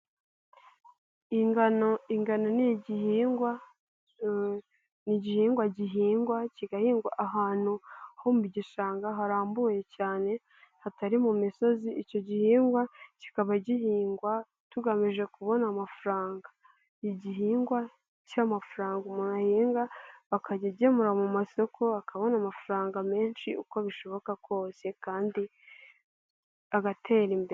Ingano, ingano: ni igihingwa n'igihingwa gihingwa kigahingwa ahantu ho mu gishanga harambuye cyane hatari mu misozi. Icyo gihingwa kikaba gihingwa tugamije kubona amafaranga. Igihingwa cy'amafaranga, umuntu ahinga akajya agemura mu masoko, akabona amafaranga menshi uko bishoboka kose kandi agatera imbere.